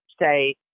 say